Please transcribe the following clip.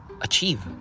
achieve